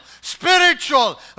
spiritual